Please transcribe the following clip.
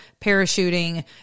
parachuting